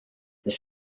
this